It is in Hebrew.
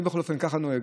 אני בכל אופן ככה נוהג,